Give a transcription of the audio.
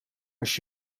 als